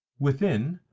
within,